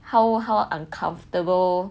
how how uncomfortable